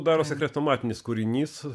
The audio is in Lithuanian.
darosi chrestomatinis kūrinys